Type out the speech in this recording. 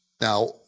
Now